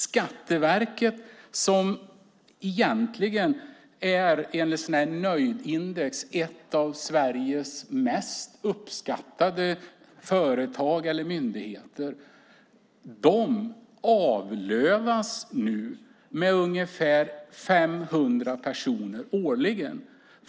Skatteverket, som enligt nöjdhetsindex är en av Sveriges mest uppskattade myndigheter, avlövas nu med ungefär 500 personer årligen.